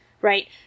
right